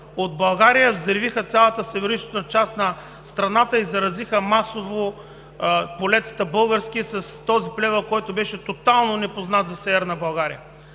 в България, взривиха цялата Североизточна част на страната и заразиха масово българските полета с този плевел, който беше тотално непознат за Северна България.